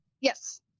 yes